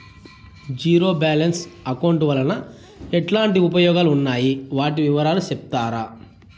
Zero balance account వలన ఎట్లాంటి ఉపయోగాలు ఉన్నాయి? వాటి వివరాలు సెప్తారా?